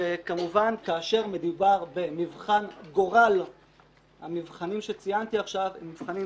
וכמובן כאשר מדובר במבחן גורל המבחנים שציינתי עכשיו הם מבחנים